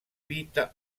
vita